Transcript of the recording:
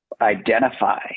identify